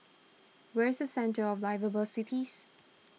where is Centre of Liveable Cities